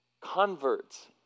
converts